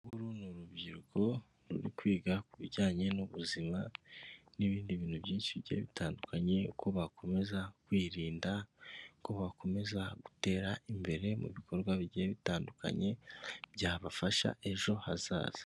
Uru ni urubyiruko ruri kwiga ku bijyanye n'ubuzima, n'ibindi bintu byinshi bitandukanye, uko bakomeza kwirinda, uko bakomeza gutera imbere mu bikorwa bigiye bitandukanye byabafasha ejo hazaza.